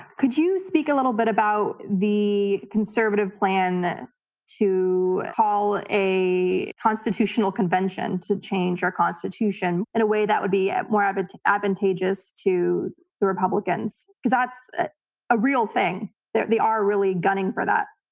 could you speak a little bit about the the conservative plan to call a constitutional convention to change our constitution in a way that would be more um but advantageous to the republicans? because that's a real thing that they are really gunning for that,